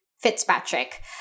Fitzpatrick